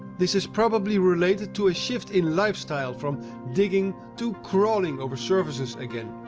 this is probably related to a shift in lifestyle from digging to crawling over surfaces again.